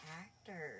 actor